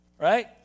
right